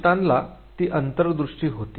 सुलतानला ती अंतर्दृष्टी होती